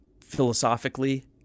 philosophically